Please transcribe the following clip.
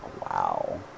wow